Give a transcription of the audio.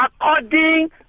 according